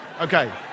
Okay